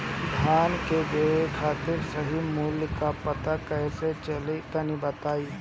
धान बेचे खातिर सही मूल्य का पता कैसे चली तनी बताई?